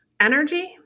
energy